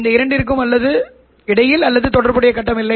இந்த இரண்டிற்கும் இடையில் அல்லது தொடர்புடைய கட்டம் இல்லை